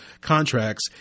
contracts